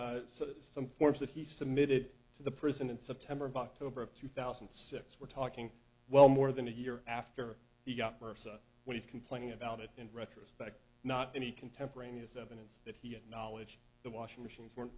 on some forms that he submitted to the prison in september october of two thousand and six we're talking well more than a year after he got most of what he's complaining about it in retrospect not any contemporaneous evidence that he had knowledge the washing machines were